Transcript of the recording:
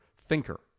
thinker